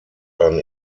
ein